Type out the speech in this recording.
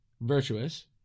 Virtuous